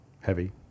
heavy